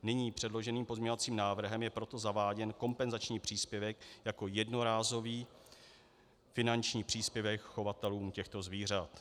Nyní předloženým pozměňovacím návrhem je proto zaváděn kompenzační příspěvek jako jednorázový finanční příspěvek chovatelům těchto zvířat.